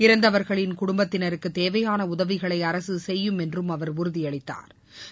இறந்தவா்களின் குடும்பத்தினருக்கு தேவையான உதவிகளை அரசு செய்யும் என்றும் அவா் உறுதியளித்தாா்